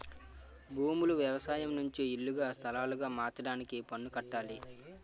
భూములు వ్యవసాయం నుంచి ఇల్లుగా స్థలాలుగా మార్చడానికి పన్ను కట్టాలి